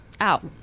Out